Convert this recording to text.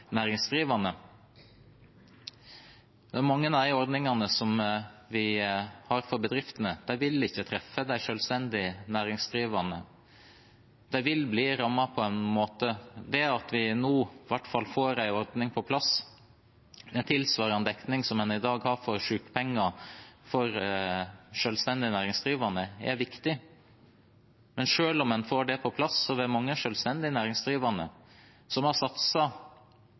Mange av de ordningene som vi har for bedriftene, vil ikke treffe de selvstendig næringsdrivende – de vil bli rammet på en måte. Det at vi nå i hvert fall får en ordning på plass med tilsvarende dekning som en i dag har for sykepenger, for selvstendig næringsdrivende, er viktig. Men selv om en får det på plass, er det mange selvstendig næringsdrivende som har